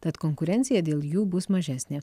tad konkurencija dėl jų bus mažesnė